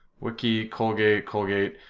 wiki, colgate, colgate.